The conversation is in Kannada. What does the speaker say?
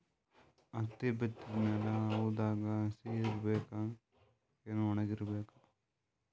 ಹತ್ತಿ ಬಿತ್ತದ ಮ್ಯಾಲ ಹವಾದಾಗ ಹಸಿ ಇರಬೇಕಾ, ಏನ್ ಒಣಇರಬೇಕ?